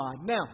Now